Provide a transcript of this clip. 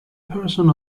person